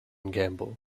gamble